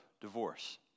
divorce